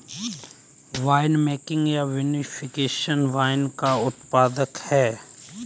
winemaking या vinification wine का उत्पादन है